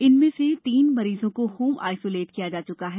इनमें में से तीन मरीजों कों होम आइसोलेट किया जा चुका है